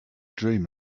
dream